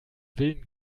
willen